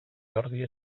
jordi